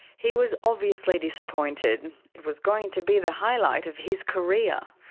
he was obviously disappointed. it was going to be the highlight of his career.